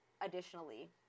additionally